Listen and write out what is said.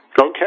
Okay